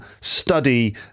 study